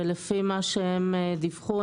לפי מה שהם דיווחו,